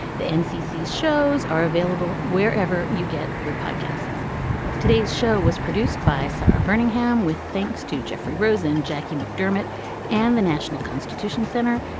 the ncc shows are available wherever you get your podcasts today's show was produced by sara jerningham with thanks to jeffrey rosen, jacki macdermott and the national constitution center.